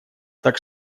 так